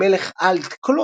מלך אלט קלוט,